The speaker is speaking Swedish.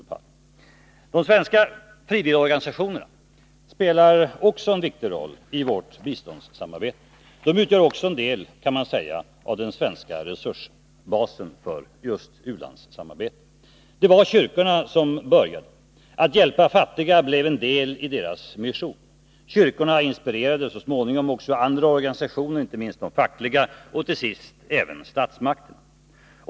Också de svenska frivilligorganisationerna spelar en viktig roll i vårt biståndssamarbete. Man kan även säga att de utgör en del av den svenska resursbasen för u-landssamarbete. Det var kyrkorna som började. Att hjälpa fattiga blev en del i deras mission. Kyrkorna inspirerade så småningom också andra organisationer och till sist även statsmakterna.